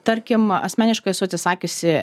tarkim asmeniškai esu atsisakiusi